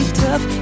tough